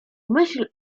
myśl